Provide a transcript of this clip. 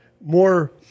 More